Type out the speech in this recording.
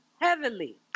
heavily